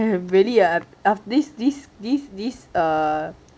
really ah this this this this uh